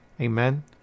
Amen